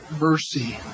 mercy